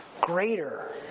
greater